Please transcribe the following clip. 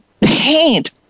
paint